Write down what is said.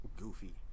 goofy